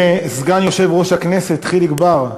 אדוני סגן יושב-ראש הכנסת חיליק בר,